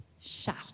shout